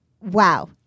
Wow